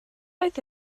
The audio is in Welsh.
oedd